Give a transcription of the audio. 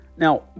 Now